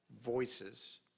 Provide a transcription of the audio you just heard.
voices